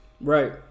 Right